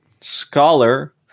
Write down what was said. Scholar